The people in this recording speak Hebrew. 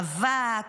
אבק,